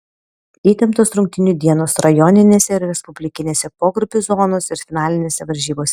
įtemptos rungtynių dienos rajoninėse ir respublikinėse pogrupių zonos ir finalinėse varžybose